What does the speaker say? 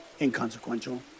inconsequential